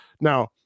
Now